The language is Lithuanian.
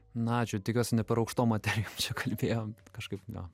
na ačiū tikiuosi ne per aukštom materijom čia kalbėjom kažkaip jo